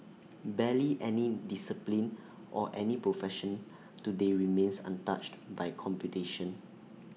barely any discipline or any profession today remains untouched by computation